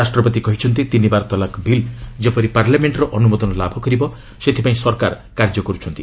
ରାଷ୍ଟ୍ରପତି କହିଛନ୍ତି ତିନିବାର ତଲାକ ବିଲ୍ ଯେପରି ପାର୍ଲାମେଣ୍ଟର ଅନୁମୋଦନ ଲାଭ କରିବ ସେଥିପାଇଁ ସରକାର କାର୍ଯ୍ୟ କରୁଛନ୍ତି